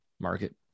market